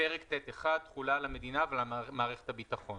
פרק ט'1: תחולה על המדינה ועל מערכת הביטחון